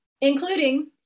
including